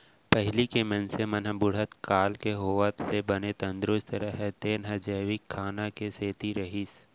पहिली के मनसे मन ह बुढ़त काल के होवत ले बने तंदरूस्त रहें तेन ह जैविक खाना के सेती रहिस